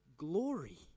Glory